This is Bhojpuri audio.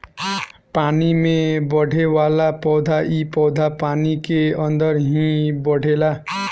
पानी में बढ़ेवाला पौधा इ पौधा पानी के अंदर ही बढ़ेला